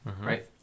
Right